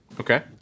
Okay